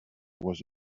was